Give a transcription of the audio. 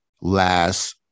last